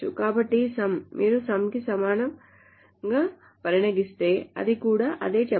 కాబట్టి some మీరు some కి సమానంగా పరిగణిస్తే అది కూడా అదే చెప్పడం